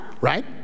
Right